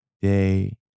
day